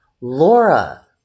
Laura